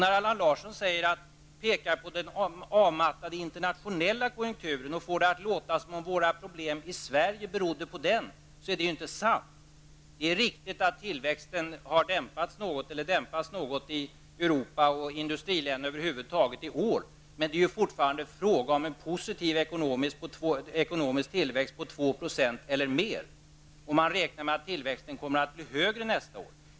Allan Larsson pekar på den avmattade internationella konjunkturen och får det att låta som om problemen här i Sverige beror på den. Men det är inte sant. Det är riktigt att tillväxten dämpas något i Europa och i industriländerna över huvud taget i år. Men det är fortfarande fråga om en positiv ekonomisk tillväxt om 2 % eller mera. Vidare räknar man med att tillväxten kommer att bli större nästa år.